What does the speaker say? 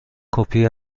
کپی